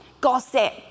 gossip